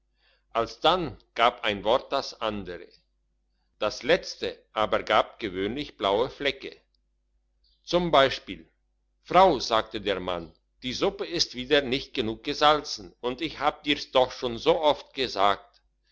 alsdann gab ein wort das andere das letzte aber gab gewöhnlich blaue flecke zum beispiel frau sagte der mann die suppe ist wieder nicht genug gesalzen und ich hab dir's doch schon so oft gesagt